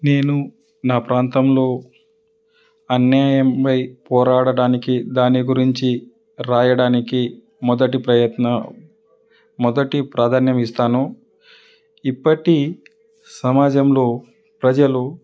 నేను నా ప్రాంతంలో అన్యాయంపై పోరాడటానికి దాని గురించి రాయడానికి మొదటి ప్రయత్న మొదటి ప్రాధాన్యమిస్తాను ఇప్పటి సమాజంలో ప్రజలు